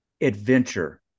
Adventure